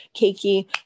cakey